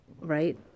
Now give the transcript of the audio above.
Right